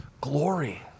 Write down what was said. glory